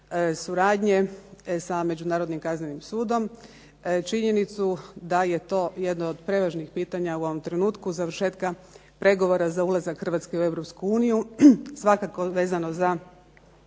suradnje sa Međunarodnim kaznenim sudom, činjenicu da je to jedno od prevažnih pitanja u ovom trenutku završetka pregovora za ulazak Hrvatske u Europsku uniju, svakako vezano za